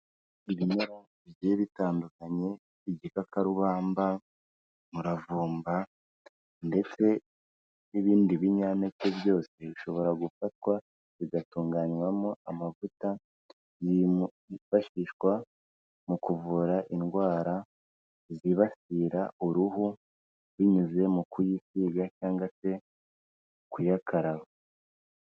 Ibimera bigiye bitandukanye, igikakarubamba, umuravumba, ndetse n'ibindi binyampeke byose, bishobora gufatwa bigatunganywa mo amavuta yifashishwa mu kuvura indwara zibasira uruhu, binyuze mu kuyisiga cyangwa se kuyakaraba.